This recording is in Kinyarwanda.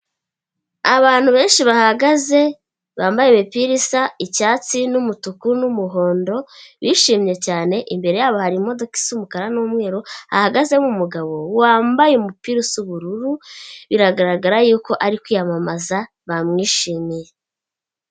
Abantu benshi bahagaze bambaye imipira isa icyatsi n'umutuku n'umuhondo, bishimye cyane imbere yabo hari imodoka isa umukara n'umweru ahahagaze nk'umugabo wambaye umupira usa ubururu, biragaragara yuko ari kwiyamamaza bamwishimiye.